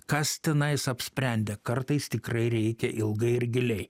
kas tenai jis apsprendė kartais tikrai reikia ilgai ir giliai